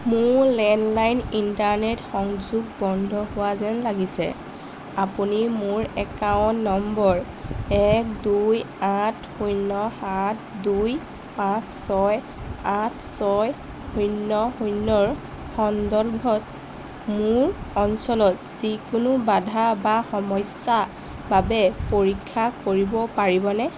মোৰ landline internet সংযোগ বন্ধ হোৱা যেন লাগিছে আপুনি মোৰ একাউণ্ট নম্বৰ এক দুই আঠ শূন্য সাত দুই পাঁচ ছয় আঠ ছয় শূন্য শূন্যৰ সন্দৰ্ভত মোৰ অঞ্চলত যিকোনো বাধা বা সমস্যা বাবে পৰীক্ষা কৰিব পাৰিবনে